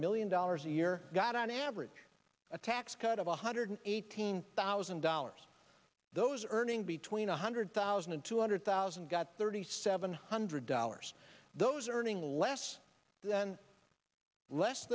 million dollars a year got on average a tax cut of one hundred eighteen thousand dollars those earning between one hundred thousand and two hundred thousand got thirty seven hundred dollars those earning less than less